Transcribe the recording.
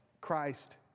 Christ